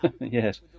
Yes